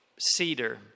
cedar